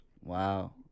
Wow